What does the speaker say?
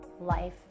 life